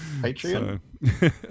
Patreon